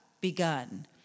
begun